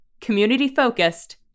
Community-focused